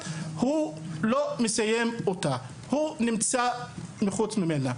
לא מסיים את הלימודים ונפלט מחוץ למערכת.